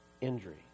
injury